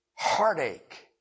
Heartache